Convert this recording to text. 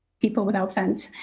people without vent.